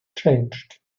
changed